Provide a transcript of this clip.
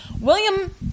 William